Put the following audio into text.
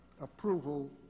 approval